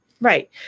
Right